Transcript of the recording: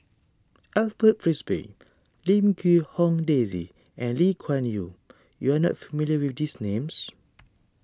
Alfred Frisby Lim Quee Hong Daisy and Lee Kuan Yew you are not familiar with these names